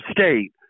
State